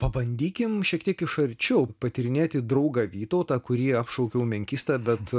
pabandykim šiek tiek iš arčiau patyrinėti draugą vytautą kurį apšaukiau menkysta bet